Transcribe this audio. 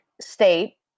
State